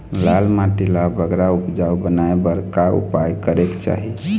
लाल माटी ला बगरा उपजाऊ बनाए बर का उपाय करेक चाही?